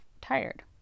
tired